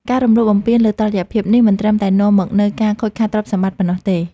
ការរំលោភបំពានលើតុល្យភាពនេះ មិនត្រឹមតែនាំមកនូវការខូចខាតទ្រព្យសម្បត្តិប៉ុណ្ណោះទេ។